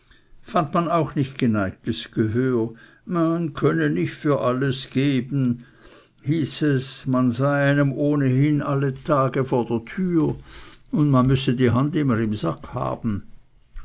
fand man auch nicht geneigtes gehör man könne nicht für alles geben hieß es man sei einem ohnehin alle tage vor der türe und man müsse die hand immer im sack haben